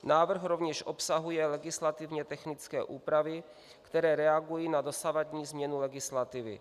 Návrh rovněž obsahuje legislativně technické úpravy, které reagují na dosavadní změnu legislativy.